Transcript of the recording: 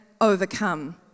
overcome